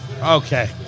Okay